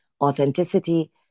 authenticity